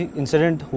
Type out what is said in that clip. incident